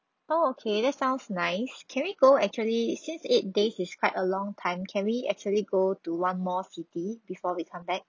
oh okay that sounds nice can we go actually since eight days is quite a long time can we actually go to one more city before we come back